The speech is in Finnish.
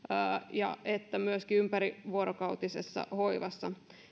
että myöskin ympärivuorokautisessa hoivassa